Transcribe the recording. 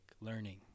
learning